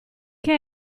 che